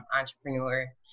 entrepreneurs